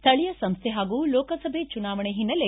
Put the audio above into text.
ಸ್ಥಳೀಯ ಸಂಸ್ಥೆ ಹಾಗೂ ಲೋಕಸಭೆ ಚುನಾವಣೆ ಹಿನ್ನಲೆ